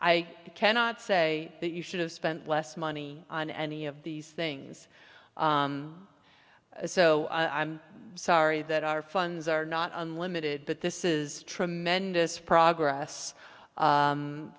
i cannot say that you should have spent less money on any of these things so i'm sorry that our funds are not unlimited but this is tremendous progress